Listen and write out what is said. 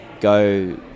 go